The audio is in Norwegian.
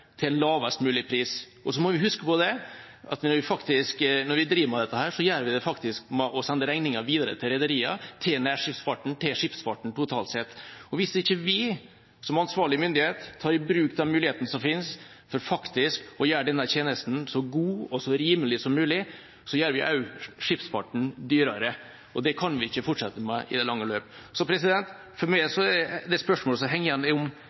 tjeneste til lavest mulig pris. Vi må også huske at når vi driver med dette, gjør vi det ved faktisk å sende regninga videre til rederiene, til nærskipsfarten, til skipsfarten totalt sett. Og hvis ikke vi som ansvarlig myndighet tar i bruk de mulighetene som finnes, til faktisk å gjøre denne tjenesten så god og rimelig som mulig, gjør vi også skipsfarten dyrere, og det kan vi ikke fortsette med i det lange løp. Det spørsmålet som henger igjen for meg, er